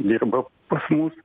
dirba pas mus